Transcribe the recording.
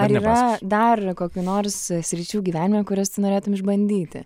ar yra dar kokių nors sričių gyvenime kurias tu norėtum išbandyti